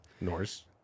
Norse